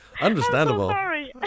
understandable